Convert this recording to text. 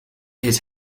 his